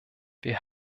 wir